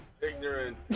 ignorant